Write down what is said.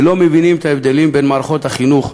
ולא מבינים את ההבדלים בין מערכות החינוך.